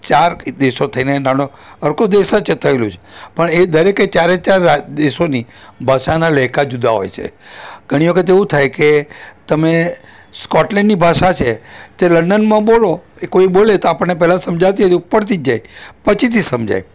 ચાર કંઈ દેશો થઈને નાનો સરખો દેશ જ એ થએલું છે પણ એ દરેકે ચારે ચાર રાજ દેશોની ભાષાના લેકા જુદા હોય છે ઘણી વખત એવું થાય કે તમે સ્કોટલેન્ડની ભાષા છે તે લંડનમાં બોલો એ કોઈ બોલે તો આપણને પહેલાં સમજાતી એ ઉપરથી જ જાય પછીથી સમજાય